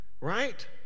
Right